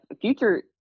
future